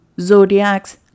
zodiacs